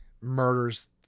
murders